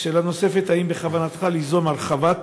2. שאלה נוספת, האם בכוונתך ליזום את הרחבת